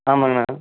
ஆமாங்கண்ணா